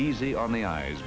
easy on the eyes